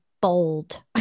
bold